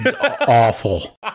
Awful